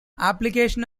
application